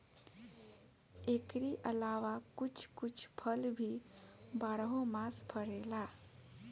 एकरी अलावा कुछ कुछ फल भी बारहो मास फरेला